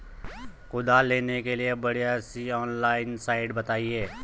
कुदाल लेने के लिए बढ़िया ऑनलाइन साइट बतायें?